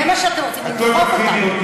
זה מה שאתם רוצים, למחוק אותנו.